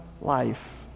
life